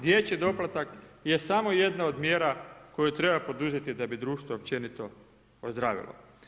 Dječji doplatak je samo jedna od mjera koju treba poduzeti ta bi društvo općenito ozdravilo.